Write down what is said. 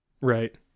Right